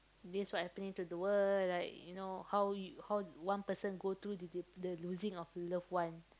this what happening to the world like you know how you how one person go through the the losing of love one